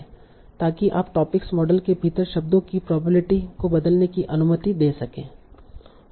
ताकि आप topic model के भीतर शब्दों की प्रोबेबिलिटी को बदलने की अनुमति दे सकें